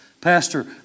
Pastor